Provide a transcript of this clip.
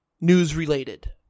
news-related